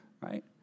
right